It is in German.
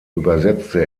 übersetzte